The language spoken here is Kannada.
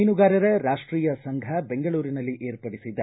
ಮೀನುಗಾರರ ರಾಷ್ಟೀಯ ಸಂಘ ಬೆಂಗಳೂರಿನಲ್ಲಿ ಏರ್ಪಡಿಸಿದ್ದ